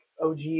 og